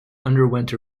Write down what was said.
underwent